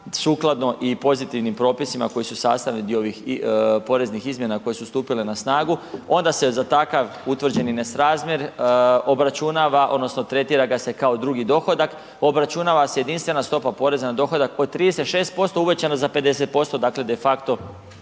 sukladno i pozitivnim propisima koji su sastavni dio ovih poreznih izmjena koje su stupile na snagu, onda se za takav utvrđeni nesrazmjer obračunava, odnosno tretira ga se kao drugi dohodak, obračunava se jedinstvena stopa poreza na dohodak od 36% uvećano za 50%, dakle de facto